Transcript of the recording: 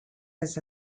his